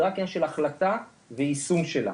זה רק ענין של החלטה ויישום שלה.